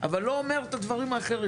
אבל לא אומר את הדברים האחרים,